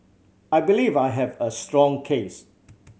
I believe I have a strong case